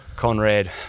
Conrad